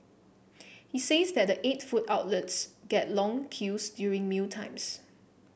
he says that the eight food outlets get long queues during mealtimes